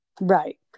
Right